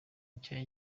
nshya